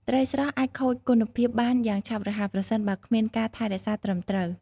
ត្រីស្រស់អាចខូចគុណភាពបានយ៉ាងឆាប់រហ័សប្រសិនបើគ្មានការថែរក្សាត្រឹមត្រូវ។